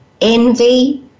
envy